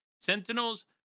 Sentinels